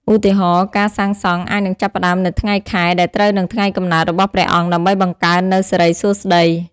ឧទាហរណ៍ ការសាងសង់អាចនឹងចាប់ផ្តើមនៅថ្ងៃខែដែលត្រូវនឹងថ្ងៃកំណើតរបស់ព្រះអង្គដើម្បីបង្កើននូវសិរីសួស្តី។